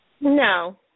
No